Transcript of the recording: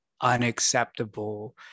unacceptable